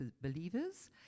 believers